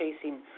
chasing